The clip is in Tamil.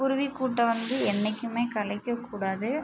குருவி கூட்டை வந்து என்னைக்குமே கலைக்க கூடாது